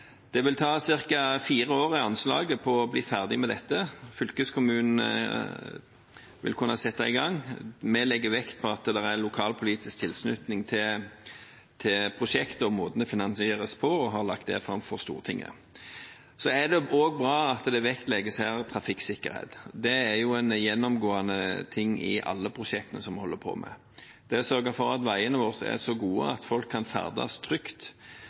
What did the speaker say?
Det vil ta ca. fire år – det er anslaget – for å bli ferdig med dette. Fylkeskommunen vil kunne sette i gang. Vi legger vekt på at det er lokalpolitisk tilslutning til prosjektet og måten det finansieres på, og har lagt det fram for Stortinget. Det er også bra at trafikksikkerhet vektlegges. Det er gjennomgående i alle prosjektene vi holder på med. Det å sørge for at veiene våre er så gode at folk kan ferdes trygt,